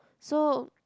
so